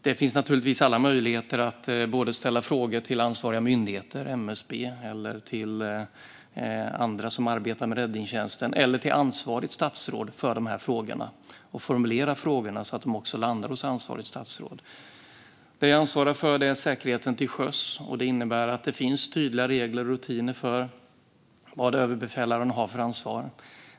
Det finns naturligtvis alla möjligheter att ställa frågor till ansvarig myndighet, MSB, till andra som arbetar med räddningstjänsten eller till ansvarigt statsråd för de här frågorna och formulera dem så att de landar hos ansvarigt statsråd. Det som jag ansvarar för är säkerheten till sjöss, och det innebär att det finns tydliga regler och rutiner när det gäller befälhavarens ansvar.